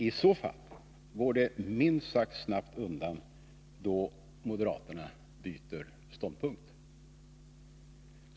I så fall går det minst sagt snabbt undan då moderaterna byter ståndpunkt.